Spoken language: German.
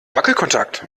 wackelkontakt